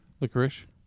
licorice